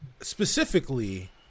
specifically